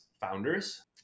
founders